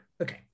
okay